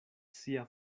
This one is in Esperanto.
sia